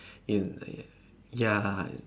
in ya